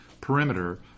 perimeter